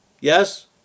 yes